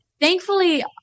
Thankfully